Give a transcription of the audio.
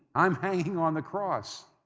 i'm hanging on the cross.